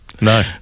No